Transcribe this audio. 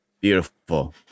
beautiful